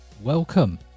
welcome